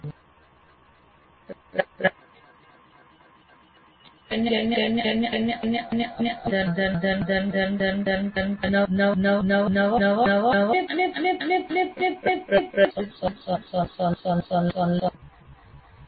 પ્રાથમિક મુદ્દો શિક્ષાર્થીઓએ કૌશલને અનુરૂપ સમસ્યાઓનું સમાધાન કરવા માટે નવા અર્જિત જ્ઞાન અને પ્રદર્શિત કૌશલની સાથે સંલગ્ન કરવું જોઈએ અથવા તેને લાગુ કરવું જોઈએ